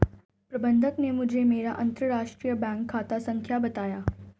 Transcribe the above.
प्रबन्धक ने मुझें मेरा अंतरराष्ट्रीय बैंक खाता संख्या बताया